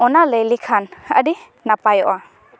ᱚᱱᱟ ᱞᱟᱹᱭ ᱞᱮᱠᱷᱟᱱ ᱟᱹᱰᱤ ᱱᱟᱯᱟᱭᱚᱜᱼᱟ